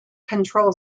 control